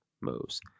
moves